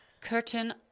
Curtain